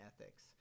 ethics